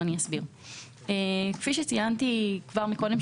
כפי שציינתי קודם,